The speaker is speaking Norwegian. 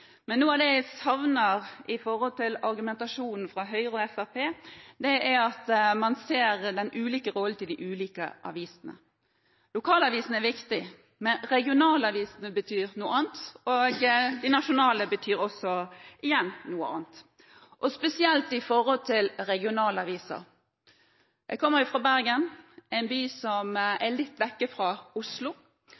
Men noe av det jeg savner i argumentasjonen fra Høyre og Fremskrittspartiet, er at man ser de ulike rollene til de ulike avisene. Lokalavisene er viktige, men regionavisene og de nasjonale avisene betyr noe annet, spesielt de regionale. Jeg kommer fra Bergen, en by som